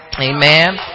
Amen